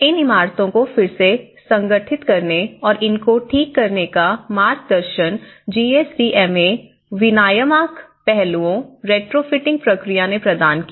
इन इमारतों को फिर से संगठित करने और इनको ठीक करने का मार्गदर्शन जीएसडीएमए विनियामक पहलुओं रेट्रोफिटिंग प्रक्रिया ने प्रदान किया